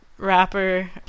Rapper